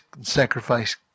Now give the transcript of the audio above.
sacrifice